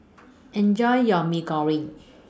Enjoy your Mee Goreng